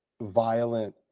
violent